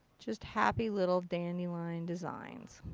just happy little dandelion designs.